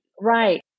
Right